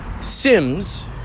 Sims